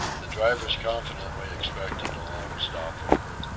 the drivers confidently expected a long stopover.